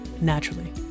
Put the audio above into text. naturally